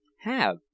Have